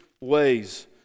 ways